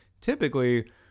typically